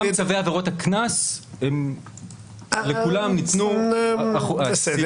צווי עבירות הקנס הם כולם ניתנו --- בסדר.